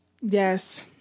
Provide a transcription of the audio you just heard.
yes